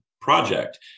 project